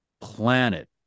planet